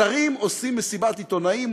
שרים עושים מסיבת עיתונאים,